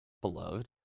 beloved